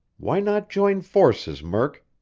why not join forces, murk?